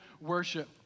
worship